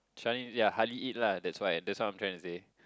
Chinese ya hardly eat lah that's why that's what I'm trying to say